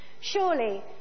Surely